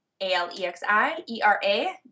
A-L-E-X-I-E-R-A